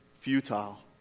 futile